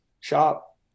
shop